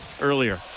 earlier